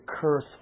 curse